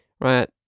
Right